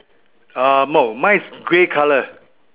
um no mine is grey colour